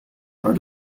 are